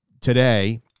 today